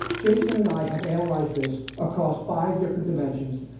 jason and i have analyzed this across five different dimensions